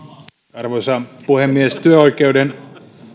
arvoisa puhemies työoikeuden